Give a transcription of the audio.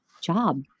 job